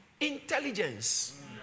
intelligence